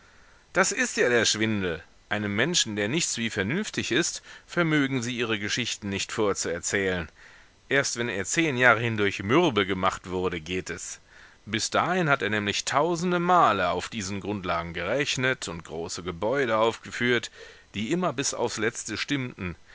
das ist ja der schwindel einem menschen der nichts wie vernünftig ist vermögen sie ihre geschichten nicht vorzuerzählen erst wenn er zehn jahre hindurch mürbe gemacht wurde geht es bis dahin hat er nämlich tausende male auf diesen grundlagen gerechnet und große gebäude aufgeführt die immer bis aufs letzte stimmten